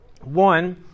One